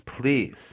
please